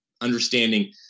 understanding